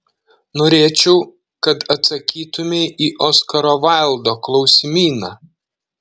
norėčiau kad atsakytumei į oskaro vaildo klausimyną